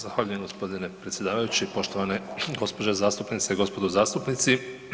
Zahvaljujem g. predsjedavajući, poštovane gđe. zastupnice i gospodo zastupnici.